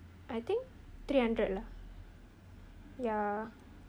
I think three hundred lah ya